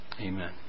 Amen